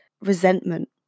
resentment